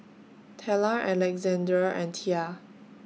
Tella Alexandr and Tia